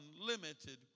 unlimited